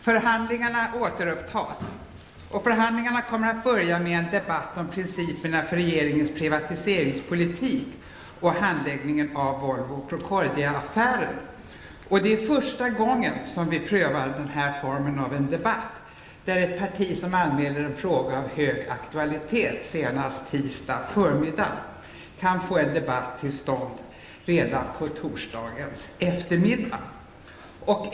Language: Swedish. Förhandlingarna kommer att börja med en debatt om principerna för regeringens privatiseringspolitik och handläggningen av Volvo Det är första gången vi prövar denna form av en debatt, där ett parti som anmäler en fråga av hög aktualitet senast tisdag förmiddag kan få en debatt till stånd redan på torsdagens eftermiddag.